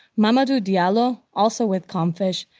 mamadou diallo, also with comfish,